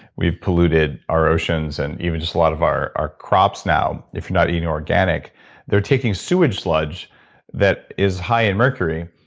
we've polluted our oceans and even just a lot of our our crops now if not inorganic they're taking sewage sludge that is high in mercury,